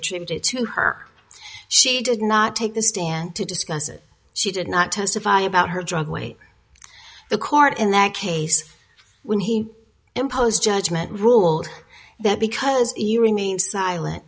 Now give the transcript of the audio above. attributed to her she did not take the stand to discuss it she did not testify about her drug weight the court in that case when he imposed judgment ruled that because you remained silent